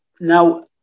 Now